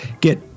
get